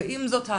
עם זאת,